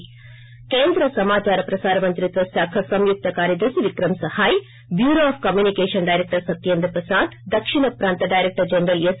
ఈ కార్యక్రమంలో కేంద్ర సమాచార ప్రసార మంత్రిత్వ శాఖ సంయుక్త కార్యదర్శి Vikram Sahay bureau of communication director Satyendra Prasad దక్షిణ ప్రాంత డైరెక్టర్ జనరల్ ఎస్